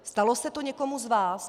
Stalo se to někomu z vás?